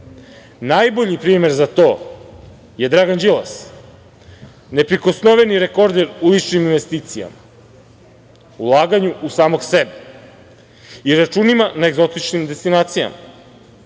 interesa. Najbolji primer za to je Dragan Đilas, neprikosnoveni rekorder u ličnim investicijama, u ulaganju u samog sebe i računima na egzotičnim destinacijama.